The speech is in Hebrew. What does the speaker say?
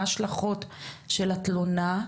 מה ההשלכות של התלונה,